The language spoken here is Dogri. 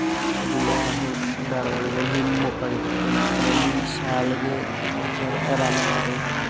ते जिसलै असें मिगी उनें मौका दित्ता ते में बी शैल गै रन मारे